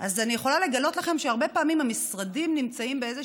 אני יכולה לגלות לכם שהרבה פעמים המשרדים נמצאים באיזה